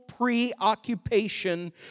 Preoccupation